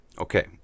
Okay